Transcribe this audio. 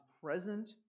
present